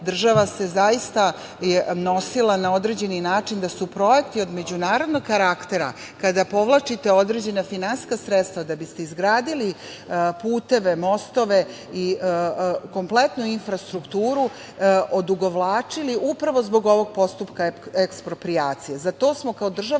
Država se zaista nosila na određeni način da su projekti od međunarodnog karaktera, kada povlačite određena finansijska sredstva da biste izgradili puteve, mostove i kompletnu infrastrukturu odugovlačili upravo zbog ovog postupka eksproprijacije. Za to smo kao država